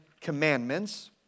Commandments